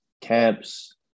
camps